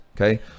okay